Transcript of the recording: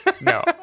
No